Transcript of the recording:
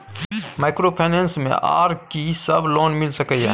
Microfinance मे आर की सब लोन मिल सके ये?